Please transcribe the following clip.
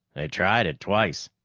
they tried it twice.